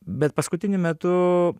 bet paskutiniu metu